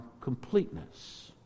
completeness